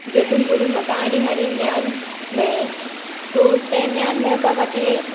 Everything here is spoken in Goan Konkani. जेतून करुन म्हाका आनीक आनीक न्यान मेळ्ळे सो ते ज्ञान मेळपा खातीर